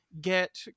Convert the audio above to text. get